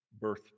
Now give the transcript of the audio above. birth